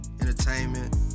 entertainment